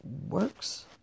Works